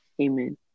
Amen